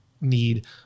need